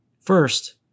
First